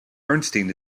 bernstein